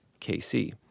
KC